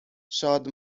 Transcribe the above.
شاد